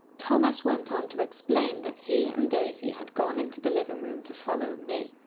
thomas went on to explain that he and daisy had gone into the living room to follow me.